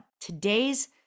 today's